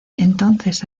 entonces